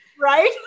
right